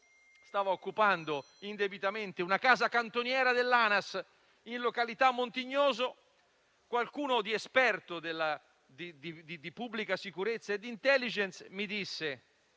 stava occupando indebitamente una casa cantoniera dell'ANAS in località Montignoso, qualcuno esperto di pubblica sicurezza e di *intelligence* mi disse: